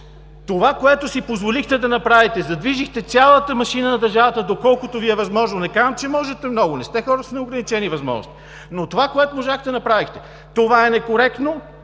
Това, което си позволихте да направите – задвижихте цялата машина на държавата доколкото Ви е възможно, не казвам, че можете много, не сте хора с неограничени възможности, но това, което можахте, направихте. Това е некоректно,